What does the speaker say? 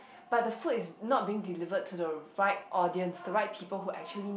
but the food is not being delivered to the right audience the right people who actually need